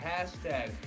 Hashtag